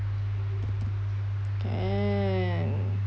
can